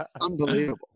Unbelievable